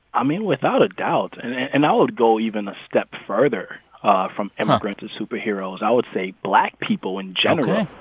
i mean, without a doubt. and and i would go even a step further ah from immigrants as superheroes. i would say black people in general.